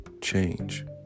change